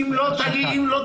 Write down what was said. כמה אלפי שקלים?